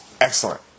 excellent